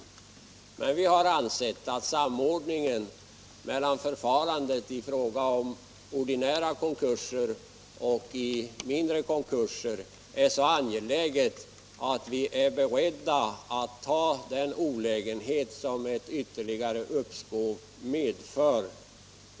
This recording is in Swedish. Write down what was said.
Vi har emellertid ansett att samordningen mellan förfarandet i fråga om ordinära konkurser och handläggningen av mindre konkurser är så angelägen att vi är beredda att ta den olägenhet som ett ytterligare uppskov medför.